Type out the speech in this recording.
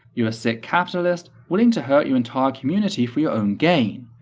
you're a sick capitalist willing to hurt your entire community for your own gain,